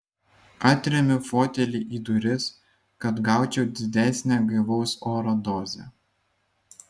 atremiu fotelį į duris kad gaučiau didesnę gaivaus oro dozę